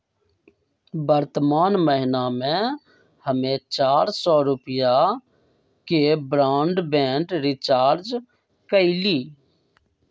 वर्तमान महीना में हम्मे चार सौ रुपया के ब्राडबैंड रीचार्ज कईली